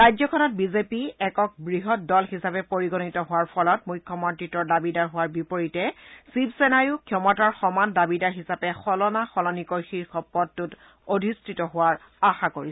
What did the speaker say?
ৰাজ্যখনত B J P একক বৃহৎ দল হিচাপে পৰিগণিত হোৱাৰ ফলত মুখ্যমন্ত্ৰিত্বৰ দাবীদাৰ হোৱাৰ বিপৰীতে শিৱসেনাইও ক্ষমতাৰ সমান দাবীদাৰ হিচাপে সলনা সলনিকৈ শীৰ্ষ পদটোত অধিষ্ঠিত হোৱাৰ আশা কৰিছে